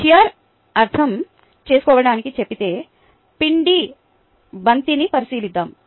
shear అర్థం చేసుకోవడానికి చప్పతి పిండి బంతిని పరిశీలిద్దాం